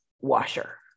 washer